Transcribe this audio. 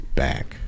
back